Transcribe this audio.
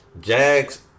Jags